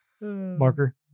Marker